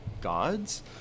God's